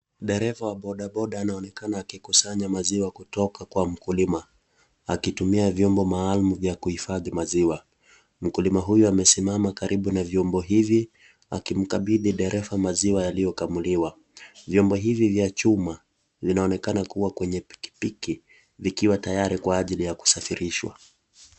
Dereva wa bodaboda anaonekana akikusanya maziwa kutoka kwa mkulima. Akitumia vyombo maalum vya kuhifadhi maziwa. Mkulima huyu amesimama karibu na vyombo hivi akimkabidhi dereva maziwa yaliyokamuliwa. Vyombo hivi vya chuma, vinaonekana kuwa kwenye pikipiki vikiwa tayari kwa ajili ya kusafirishwa.